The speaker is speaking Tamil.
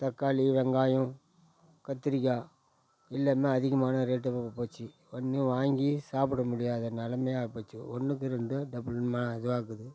தக்காளி வெங்காயம் கத்திரிக்காய் எல்லாமே அதிகமான ரேட்டாக போச்சி ஒன்றும் வாங்கி சாப்புட முடியாத நிலமையா போச்சி ஒன்றுக்கு ரெண்டாக டபிள் மா இதுவாக இருக்குது